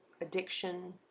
Addiction